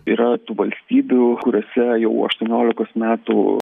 yra tų valstybių kuriose jau aštuoniolikos metų